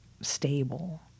stable